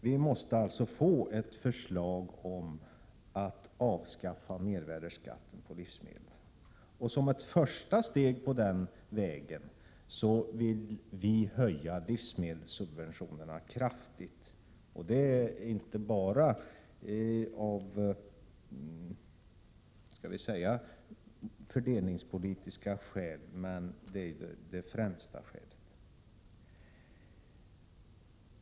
Vi måste alltså få — ett förslag om att avskaffa mervärdeskatten på livsmedel. Som ett första steg på den vägen vill vi kraftigt höja livsmedelsubventionerna — detta inte bara av, skall vi säga, fördelningspolitiska skäl, även om det är det främsta skälet.